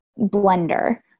blender